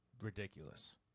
ridiculous